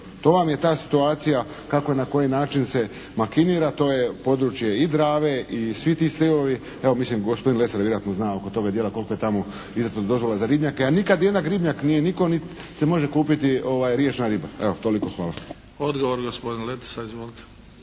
To vam je ta situacija kako i na koji način se makinira. To je područje i Drave i svi ti sljevovi. Evo, mislim gospodin Lesar vjerojatno zna oko toga dijela koliko je tamo izdato dozvola za ribnjake. Ja nikad, niti jedan ribnjak nije nitko, nit se može kupiti riječna riba. Evo, toliko. Hvala. **Bebić, Luka (HDZ)** Odgovor gospodin Letica. Izvolite!